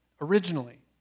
originally